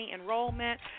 enrollment